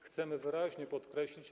Chcemy to wyraźnie podkreślić.